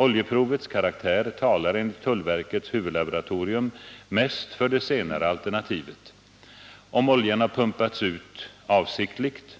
Oljeprovets karaktär talar enligt tullverkets huvudlaboratorium mest för det senare alternativet. Om oljan har pumpats ut avsiktligt